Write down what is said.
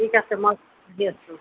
ঠিক আছে মই আহি আছোঁ